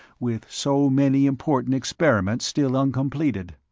with so many important experiments still uncompleted.